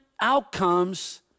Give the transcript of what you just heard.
outcomes